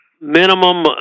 minimum